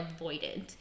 avoidant